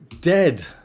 dead